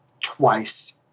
twice